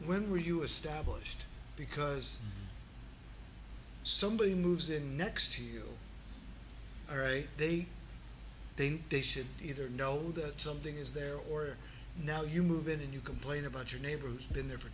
when were you established because somebody moves in next to you they think they should either know that something is there or now you move in and you complain about your neighbor who's been there for